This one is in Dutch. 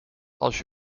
als